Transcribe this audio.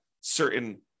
certain